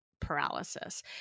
paralysis